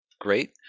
great